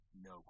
no